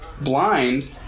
Blind